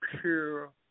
pure